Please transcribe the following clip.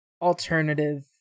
alternative